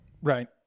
Right